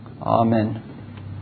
Amen